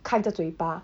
开着嘴巴